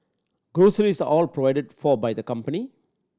groceries are all provided for by the company